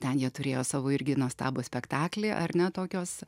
ten jie turėjo savo irgi nuostabų spektaklį ar ne tokios